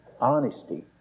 honesty